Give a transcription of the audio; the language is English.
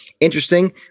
interesting